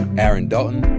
and aaron dalton,